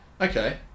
Okay